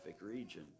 region